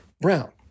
Brown